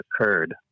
occurred